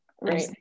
Right